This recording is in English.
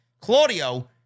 Claudio